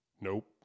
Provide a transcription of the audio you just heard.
Nope